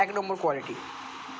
এক number quality